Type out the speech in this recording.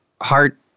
heart